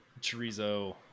chorizo